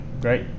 great